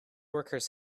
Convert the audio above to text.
workers